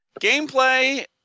Gameplay